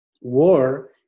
War